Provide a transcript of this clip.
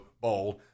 bold